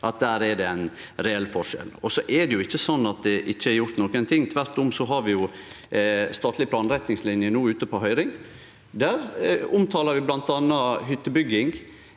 at det er ein reell forskjell der. Det er jo ikkje sånn at det ikkje er gjort nokon ting. Tvert om har vi statlege planretningsliner ute på høyring no. Der omtalar vi bl.a. hyttebygging